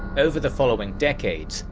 over the following decades,